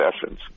sessions